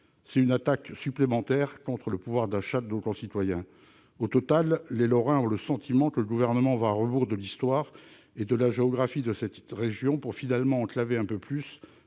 C'est une attaque supplémentaire contre le pouvoir d'achat de nos concitoyens. Au total, les Lorrains ont le sentiment que le Gouvernement va à rebours de l'histoire et de la géographie de leur région, pour finalement enclaver encore un peu plus